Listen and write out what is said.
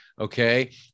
okay